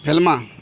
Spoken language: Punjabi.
ਫਿਲਮਾਂ